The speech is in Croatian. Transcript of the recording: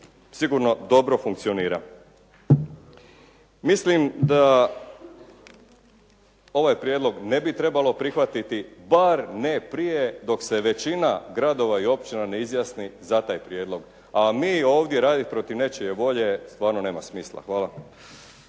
sigurno dobro funkcionira. Mislim da ovaj prijedlog ne bi trebalo prihvatiti bar ne prije dok se većina gradova i općina ne izjasni za taj prijedlog a mi ovdje raditi protiv nečije volje stvarno nema smisla. Hvala.